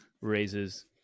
raises